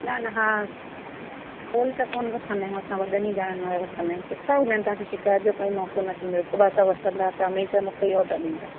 न न हा नंढा त कोन रखंदा आहियूं असां वॾनि ई दाणनि वारा रखंदा आहियूं सुठा हूंदा आहिनि तव्हांखे शिकायत जो कोई मौको न थींदो हिकु बार त वठंदा त हमेशह मूंखां ई वठणु ईंदा